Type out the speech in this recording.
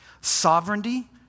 Sovereignty